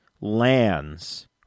lands